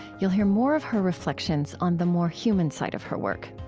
you'll hear more of her reflections on the more human side of her work,